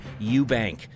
Eubank